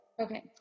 Okay